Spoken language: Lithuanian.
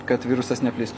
kad virusas neplistų